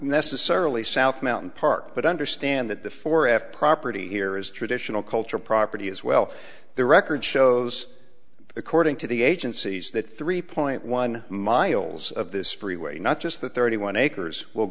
necessarily south mountain park but understand that the four f property here is traditional cultural property as well the record shows according to the agencies that three point one miles of this freeway not just the thirty one acres w